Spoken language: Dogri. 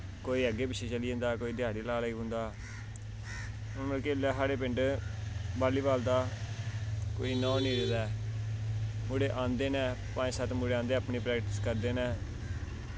कोई अग्गें पिच्छें चली जंदा कोई ध्याड़ी लान लगी पौंदा मतलब कि इल्लै साढ़े पिंड बाली बाल दा कोई इन्ना ओह् निं रेह्दा ऐ मुड़े आंदे न पंज सत्त मुड़े आंदे न अपनी प्रैक्टिस करदे न